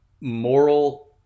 moral